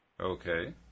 okay